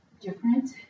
different